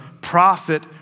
prophet